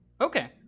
Okay